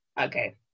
okay